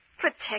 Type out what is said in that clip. protect